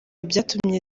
byatumye